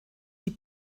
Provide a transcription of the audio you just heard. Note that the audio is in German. die